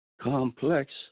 complex